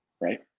right